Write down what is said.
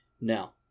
Now